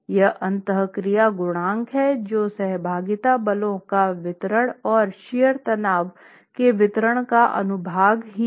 यह अंत क्रिया गुणांक है जो सहभागिता बलों का वितरण और शियर तनाव के वितरण का अनुभाग भी है